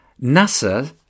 NASA